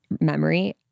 memory